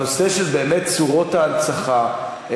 בנושא של צורות ההנצחה,